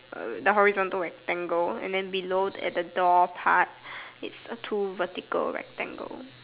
err the horizontal rectangle and then below at the door part is a two vertical rectangle